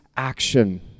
action